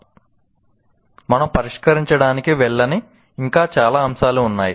' మనం పరిష్కరించడానికి వెళ్ళని ఇంకా చాలా అంశాలు ఉన్నాయి